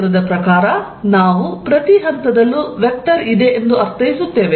ಕ್ಷೇತ್ರದ ಪ್ರಕಾರ ನಾವು ಪ್ರತಿ ಹಂತದಲ್ಲೂ ವೆಕ್ಟರ್ ಇದೆ ಎಂದು ಅರ್ಥೈಸುತ್ತೇವೆ